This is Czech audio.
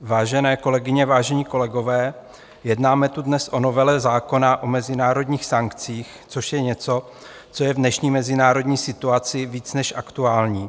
Vážené kolegyně, vážení kolegové, jednáme tu dnes o novele zákona o mezinárodních sankcích, což je něco, co je v dnešní mezinárodní situaci více než aktuální.